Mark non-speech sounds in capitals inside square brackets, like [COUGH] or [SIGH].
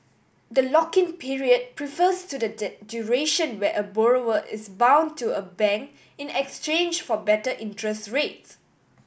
the lock in period prefers to the [UNINTELLIGIBLE] duration where a borrower is bound to a bank in exchange for better interest rates